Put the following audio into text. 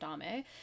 dame